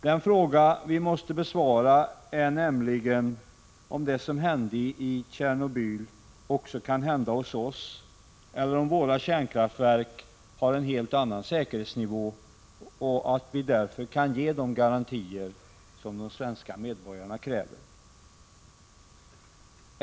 Den fråga vi måste besvara är nämligen om det som hände i Tjernobyl också kan hända hos oss, eller om våra kärnkraftverk har en helt annan säkerhetsnivå och vi därför kan ge de garantier som de svenska medborgarna kräver.